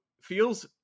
feels